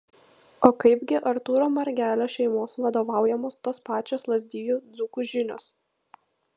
o kaip gi artūro margelio šeimos vadovaujamos tos pačios lazdijų dzūkų žinios